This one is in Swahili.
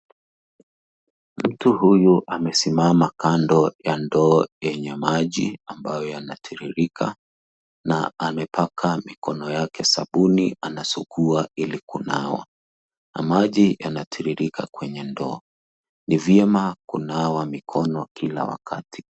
Mtu huyu amesimama kando ya ndoo yenye maji ambayo yanatiririka na amepaka mikono yake sabuni na anasugua ili kunawa na maji yanatiririka kwenye ndoo. Ni vyema kunawa mikono kila wakati.